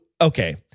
okay